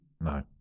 no